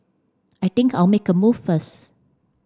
I think I'll make a move first